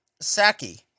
Saki